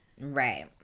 right